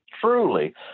truly